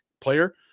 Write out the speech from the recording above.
player